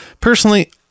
personally